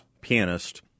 pianist